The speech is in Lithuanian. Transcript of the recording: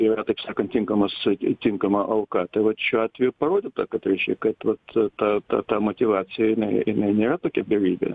yra taip sakant tinkamas ti tinkama auka tai vat šiuo atveju parodyta kad reiškia kad vat ta ta ta ta motyvacija jinai jinai nėra tokia beribė